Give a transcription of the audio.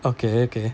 okay okay